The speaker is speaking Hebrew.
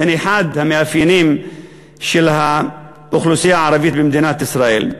הן אחד המאפיינים של האוכלוסייה הערבית במדינת ישראל.